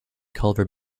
culver